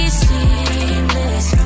seamless